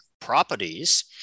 properties